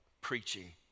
preaching